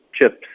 chips